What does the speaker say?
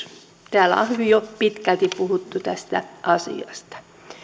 täällä on hyvin jo pitkälti puhuttu tästä asiasta